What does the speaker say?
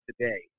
today